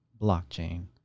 blockchain